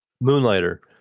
Moonlighter